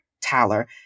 Tyler